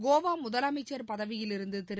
கோவா முதலமைச்சர் பதவியில் இருந்து திரு